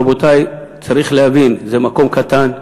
רבותי, צריך להבין, זה מקום קטן,